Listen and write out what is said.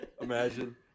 Imagine